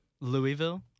Louisville